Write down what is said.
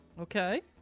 Okay